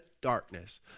darkness